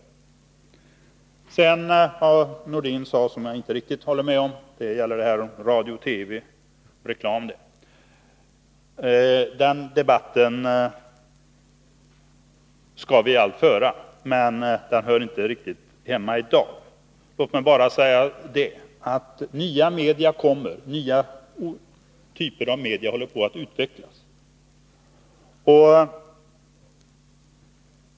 Vad Sven-Erik Nordin sade om radiooch TV-reklamen håller jag inte riktigt med om. Den debatten skall vi föra, men den hör inte hemma här i dag. Låt mig bara säga att nya media kommer, nya typer av media håller på att utvecklas.